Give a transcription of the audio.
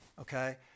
Okay